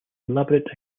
elaborate